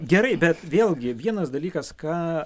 gerai bet vėlgi vienas dalykas ką